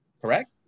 correct